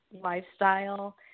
lifestyle